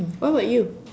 what about you